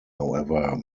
however